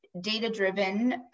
data-driven